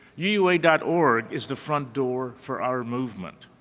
uua dot org is the front door for our movement.